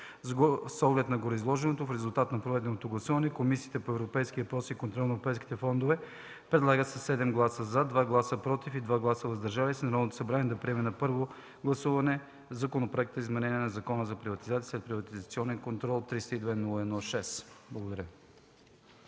С оглед на гореизложеното и в резултат на проведеното гласуване Комисията по европейските въпроси и контрол на европейските фондове със 7 гласа „за”, 2 гласа „против” и 2 гласа „въздържал се” предлага на Народното събрание да приеме на първо гласуване Законопроект за изменение на Закона за приватизация и следприватизационен контрол, № 302-01-6.” Благодаря.